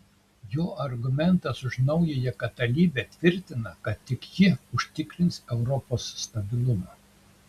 jo argumentas už naująją katalikybę tvirtina kad tik ji užtikrins europos stabilumą